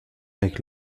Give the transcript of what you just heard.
avec